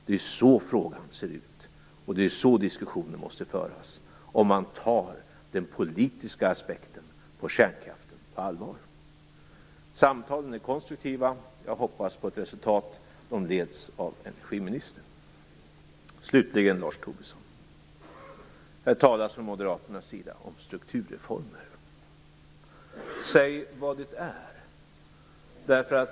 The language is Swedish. Det är så frågan ser ut och det är så diskussionen måste föras om man tar den politiska aspekten på kärnkraften på allvar. Samtalen är konstruktiva och jag hoppas på ett resultat. De leds av energiministern. Från moderaternas sida talas det om strukturreformer. Säg vad det är för något, Lars Tobisson!